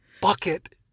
bucket